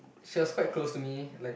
she was quite close to me like